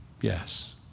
Yes